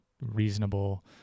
reasonable